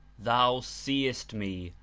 thou seest me,